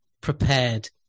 prepared